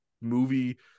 movie